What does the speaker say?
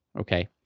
Okay